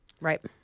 Right